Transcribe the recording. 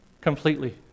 completely